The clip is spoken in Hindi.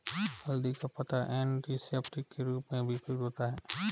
हल्दी का पत्ता एंटीसेप्टिक के रूप में भी प्रयुक्त होता है